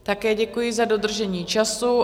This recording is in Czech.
Také děkuji za dodržení času.